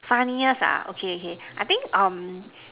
funniest ah okay okay I think um